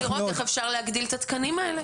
אפשר לראות איך אפשר להגדיל את התקנים האלה.